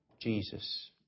Jesus